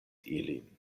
ilin